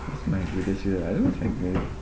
my greatest fear ah it's like that